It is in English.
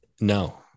No